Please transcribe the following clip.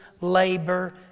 labor